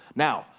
now,